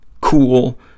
cool